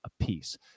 apiece